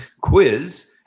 quiz